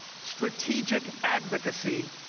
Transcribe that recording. strategic advocacy,